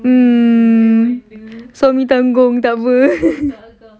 mmhmm so me tanggung tak apa